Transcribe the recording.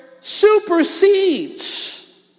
supersedes